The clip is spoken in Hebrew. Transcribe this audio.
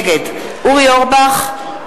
תכבד את כיסא היושב-ראש.